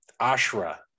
ashra